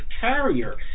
Carrier